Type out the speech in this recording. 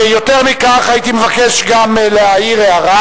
יותר מכך, הייתי מבקש גם להעיר הערה,